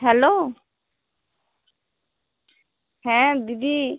hello হ্যাঁ দিদি